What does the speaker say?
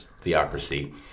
theocracy